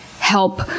help